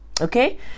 Okay